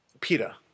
Peter